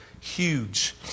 huge